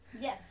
Yes